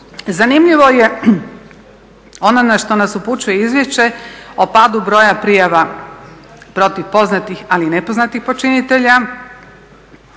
Zanimljivo je ono na što nas upućuje izvješće o padu broja prijava protiv poznatih ali i nepoznatih počinitelja.